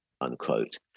unquote